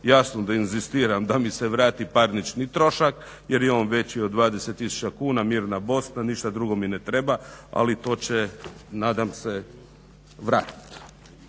Jasno da inzistiram da mi se vrati parnični trošak jer je on veći od 20 tisuća kuna. Mirna Bosna ništa mi drugo ne treba ali to će nadam se vratiti.